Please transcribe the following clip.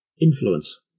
influence